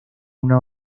una